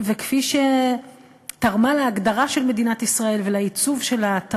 וכפי שתרמה להגדרה של מדינת ישראל ולעיצוב שלה,